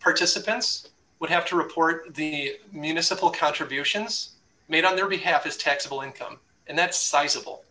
participants would have to report the municipal contributions made on their behalf is taxable income and that sizable